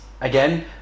again